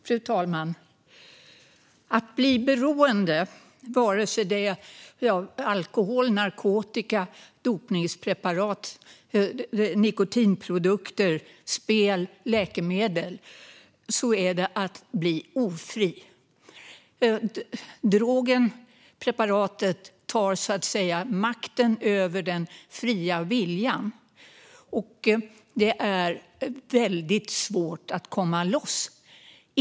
Frau talman! Att bli beroende, vare sig det är av alkohol, narkotika, dopningspreparat, nikotinprodukter, spel eller läkemedel, är att bli ofri. Drogen eller preparatet tar så att säga makten över den fria viljan, och det är väldigt svårt att komma loss.